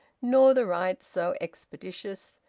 nor the rites so expeditious,